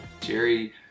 Jerry